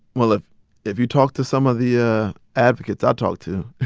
well, if if you talk to some of the ah advocates i talked to